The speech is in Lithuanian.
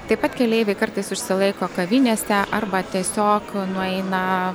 taip pat keleiviai kartais užsilaiko kavinėse arba tiesiog nueina